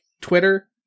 Twitter